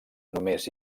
només